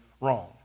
wrong